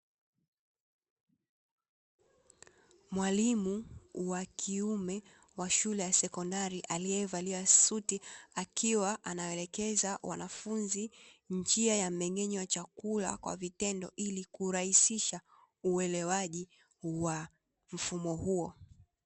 Mwalimu wa kiume wa shule ya sekondari aliyevalia suti, akiwa anawaelekeza wanafunzi njia ya mmeng'enyo wa chakula kwa vitendo, ili kurahisisha uelewaji wa mfumo huo.